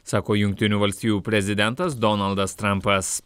sako jungtinių valstijų prezidentas donaldas trampas